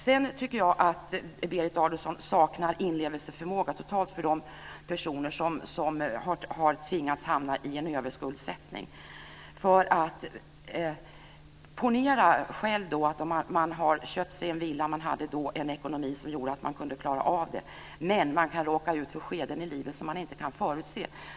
Jag tycker att Berit Adolfsson helt saknar inlevelseförmåga för de personer som tvingats hamna i en överskuldsättning. Ponera själv att man har köpt sig en villa och vid det tillfället hade en ekonomi som gjorde att man kunde klara av det. Men man kan råka ut för skeden i livet som man inte kan förutse.